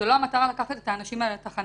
זאת לא המטרה לקחת את האנשים האלה לתחנה.